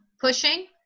pushing